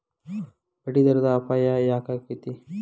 ಬಡ್ಡಿದರದ್ ಅಪಾಯ ಯಾಕಾಕ್ಕೇತಿ?